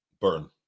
burn